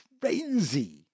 crazy